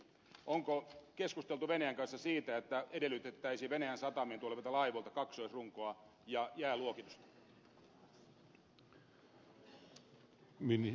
onko keskusteltu venäjän kanssa siitä että edellytettäisiin venäjän satamiin tulevilta laivoilta kaksoisrunkoa ja jääluokitusta